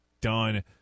done